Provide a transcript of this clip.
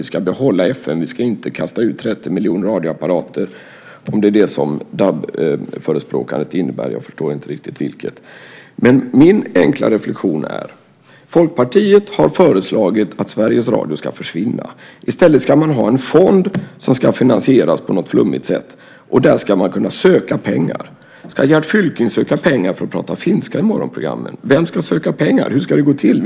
Vi ska behålla FM och vi ska inte kasta ut 30 miljoner radioapparater, om det är det som DAB-förespråkandet innebär. Jag förstår inte riktigt det här. Min enkla reflexion är: Folkpartiet har föreslagit att Sveriges Radio ska försvinna. I stället ska man ha en fond som ska finansieras på något flummigt sätt. Där ska man kunna söka pengar. Ska Gert Fylking söka pengar för att prata finska i morgonprogrammen? Vem ska söka pengar? Hur ska det gå till?